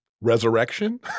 resurrection